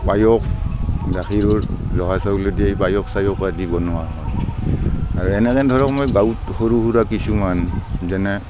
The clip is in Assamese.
পায়স গাখীৰৰ জহা চাউলেদি পায়স চায়স আদি বনোৱা হয় আৰু এনেকৈ ধৰক মই গাঁৱত সৰু সুৰা কিছুমান যেনে